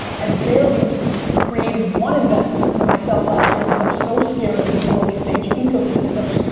i barely created one investment for myself last year cause i'm so scared of the early stage ecosystem,